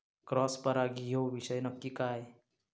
Cross परागी ह्यो विषय नक्की काय?